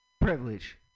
privilege